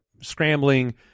scrambling